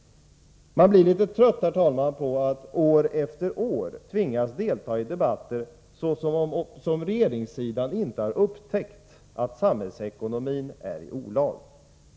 Man blir, herr talman, litet trött på att år efter år tvingas delta i debatter där regeringssidan inte upptäckt att samhällsekonomin är i olag.